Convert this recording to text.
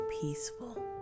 peaceful